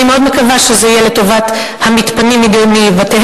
אני מאוד מקווה שזה יהיה לטובת המתפנים מבתיהם,